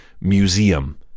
museum